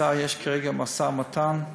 באוצר כרגע יש משא-ומתן.